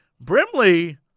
Brimley